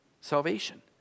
salvation